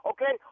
Okay